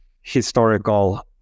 historical